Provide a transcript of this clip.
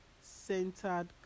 centered